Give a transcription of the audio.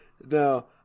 no